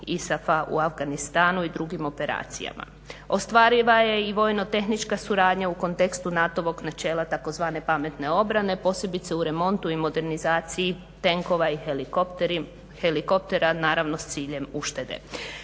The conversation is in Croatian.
ISAF-a u Afganistanu i drugim operacijama. Ostvariva je i vojnotehnička suradnja u kontekstu NATO-vog načela tzv. pametne obrane, posebice u remontu i modernizaciji tenkova i helikoptera naravno s ciljem uštede.